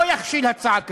לא יכשיל הצעה כזאת,